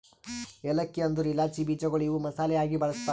ಏಲಕ್ಕಿ ಅಂದುರ್ ಇಲಾಚಿ ಬೀಜಗೊಳ್ ಇವು ಮಸಾಲೆ ಆಗಿ ಬಳ್ಸತಾರ್